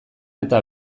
eta